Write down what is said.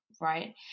right